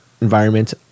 environment